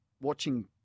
watching